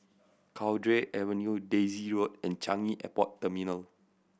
Cowdray Avenue Daisy Road and Changi Airport Terminal